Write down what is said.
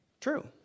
True